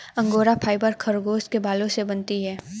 angora fibre खरगोश के बालों से बनती है